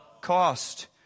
cost